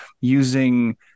using